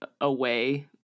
away